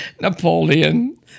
Napoleon